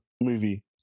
movie